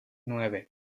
nueve